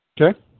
Okay